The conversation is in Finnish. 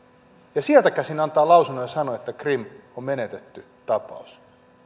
ja sieltä käsin antaa lausunnon ja sanoo että krim on menetetty tapaus